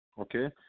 Okay